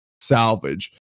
salvage